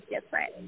different